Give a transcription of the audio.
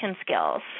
skills